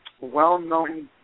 well-known